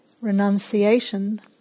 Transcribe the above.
renunciation